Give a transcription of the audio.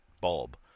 bulb